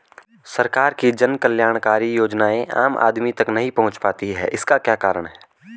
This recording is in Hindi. सरकार की जन कल्याणकारी योजनाएँ आम आदमी तक नहीं पहुंच पाती हैं इसका क्या कारण है?